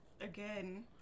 Again